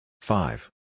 Five